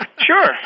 sure